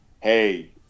Hey